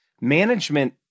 management